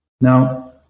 Now